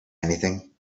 anything